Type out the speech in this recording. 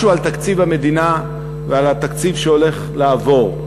משהו על תקציב המדינה ועל התקציב שהולך לעבור: